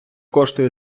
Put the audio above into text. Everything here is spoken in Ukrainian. коштує